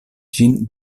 ĝin